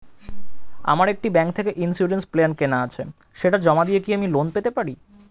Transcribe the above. আমার একটি ব্যাংক থেকে ইন্সুরেন্স প্ল্যান কেনা আছে সেটা জমা দিয়ে কি লোন পেতে পারি?